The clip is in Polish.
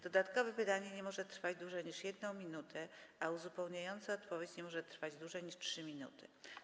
Dodatkowe pytanie nie może trwać dłużej niż 1 minutę, a uzupełniająca odpowiedź nie może trwać dłużej niż 3 minuty.